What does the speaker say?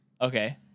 Okay